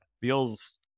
feels